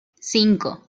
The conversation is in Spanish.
cinco